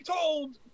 told